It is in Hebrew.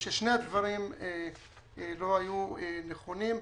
ששני הדברים לא היו נכונים.